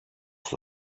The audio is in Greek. στο